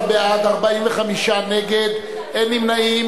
17 בעד, 45 נגד, אין נמנעים.